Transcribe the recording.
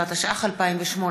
13), התשע"ח 2018,